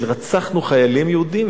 של רצחנו חיילים יהודים,